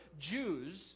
Jews